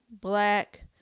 black